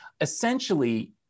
Essentially